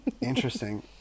Interesting